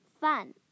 fun